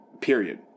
Period